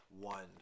one